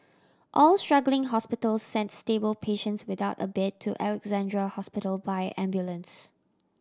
all struggling hospitals sent stable patients without a bed to Alexandra Hospital by ambulance